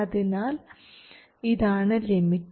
അതിനാൽ ഇതാണ് ലിമിറ്റ്